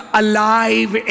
alive